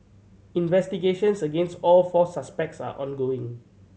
investigations against all four suspects are ongoing